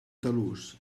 talús